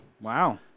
Wow